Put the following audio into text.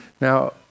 Now